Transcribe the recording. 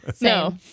no